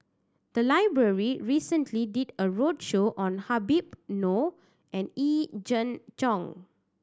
the library recently did a roadshow on Habib Noh and Yee Jenn Jong